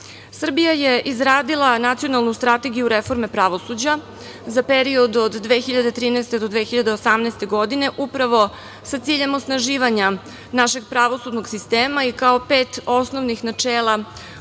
EU.Srbija je izradila Nacionalnu strategiju reforme pravosuđa za period od 2013. do 2018. godine, upravo sa ciljem osnaživanja našeg pravosudnog sistema i kao pet osnovnih načela